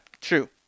True